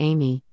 Amy